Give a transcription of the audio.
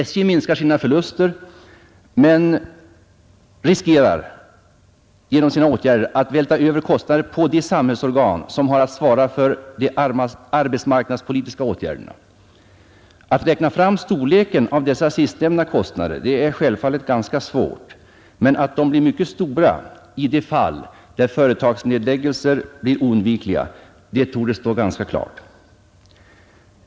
SJ minskar sina förluster men riskerar genom sina åtgärder att vältra över kostnader på de samhällsorgan som har att svara för de arbetsmarknadspolitiska åtgärderna. Att räkna fram storleken av dessa sistnämnda kostnader är självfallet ganska svårt, men att de blir mycket stora i de fall där företagsnedläggelser blir oundvikliga torde stå ganska klart.